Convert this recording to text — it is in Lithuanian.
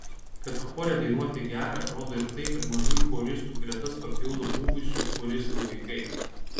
kad chore dainuoti gera rodo ir tai kad mažųjų choristų gretas papildo buvusių choristų vaikai